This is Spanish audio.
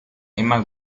emma